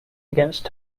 against